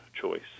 choice